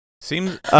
Seems